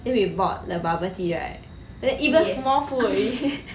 then we bought the bubble tea right then even more food